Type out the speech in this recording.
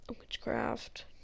Witchcraft